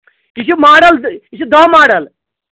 یہِ چھُ ماڈَل یہِ چھُ دَہ ماڈَل